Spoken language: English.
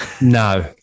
No